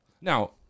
Now